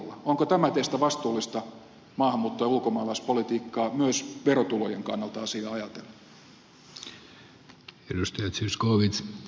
onko tämä teistä vastuullista maahanmuutto ja ulkomaalaispolitiikkaa myös verotulojen kannalta asiaa ajatellen